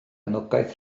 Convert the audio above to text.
anogaeth